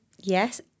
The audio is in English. Yes